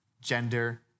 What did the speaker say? gender